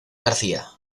garcia